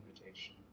invitation